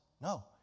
No